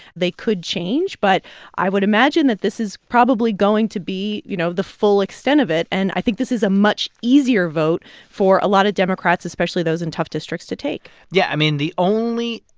they could change, but i would imagine that this is probably going to be, you know, the full extent of it. and i think this is a much easier vote for a lot of democrats, especially those in tough districts, to take yeah. i mean, the only,